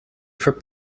for